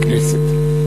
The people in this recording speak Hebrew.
בכנסת.